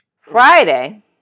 Friday